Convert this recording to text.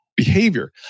Behavior